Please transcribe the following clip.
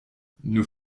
nous